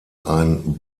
ein